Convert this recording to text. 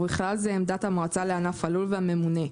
ובכלל זה עמדת המועצה לענף הלול והממונה,